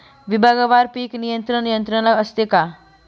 विभागवार पीक नियंत्रण यंत्रणा असते का?